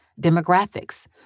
demographics